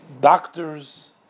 doctors